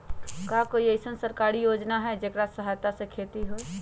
का कोई अईसन सरकारी योजना है जेकरा सहायता से खेती होय?